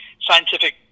scientific